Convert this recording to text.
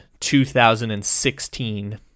2016